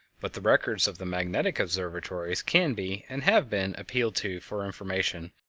but the records of the magnetic observatories can be, and have been, appealed to for information,